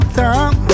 time